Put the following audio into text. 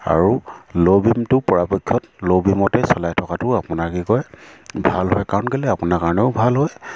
আৰু ল' বিমটো পৰাপক্ষত ল' বিমতে চলাই থকাটো আপোনাক কি কয় ভাল হয় কাৰণ কেলৈ আপোনাৰ কাৰণেও ভাল হয়